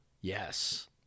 Yes